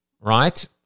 right